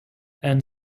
and